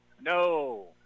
No